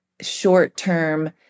short-term